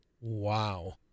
Wow